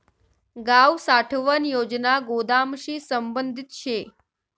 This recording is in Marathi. गाव साठवण योजना गोदामशी संबंधित शे